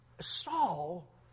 Saul